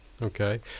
okay